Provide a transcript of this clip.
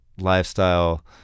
lifestyle